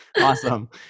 awesome